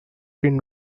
being